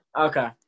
Okay